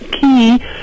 key